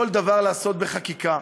כל דבר לעשות בחקיקה,